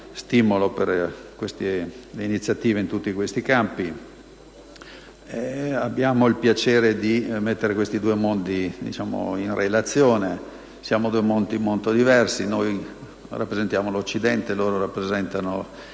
stimolo per iniziative in tutti questi campi. Abbiamo il piacere di mettere questi due mondi in relazione. Siamo due mondi molto diversi: noi rappresentiamo l'Occidente, mentre loro rappresentano